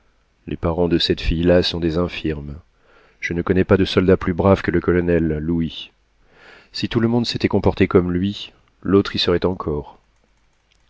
les parents de cette fille-là sont des infirmes je ne connais pas de soldat plus brave que le colonel louis si tout le monde s'était comporté comme lui l'autre y serait encore